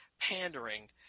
pandering –